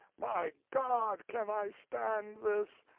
my god, can i stand this!